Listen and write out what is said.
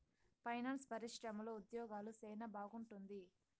finance పరిశ్రమలో ఉద్యోగాలు సెనా బాగుంటుంది